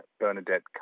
Bernadette